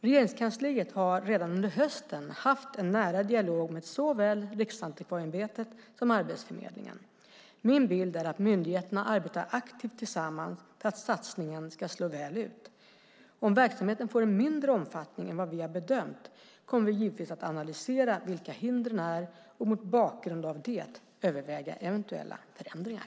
Regeringskansliet har redan under hösten haft en nära dialog med såväl Riksantikvarieämbetet som Arbetsförmedlingen. Min bild är att myndigheterna arbetar aktivt tillsammans för att satsningen ska slå väl ut. Om verksamheten får en mindre omfattning än vad vi bedömt kommer vi givetvis att analysera vilka hindren är och mot bakgrund av det överväga eventuella förändringar.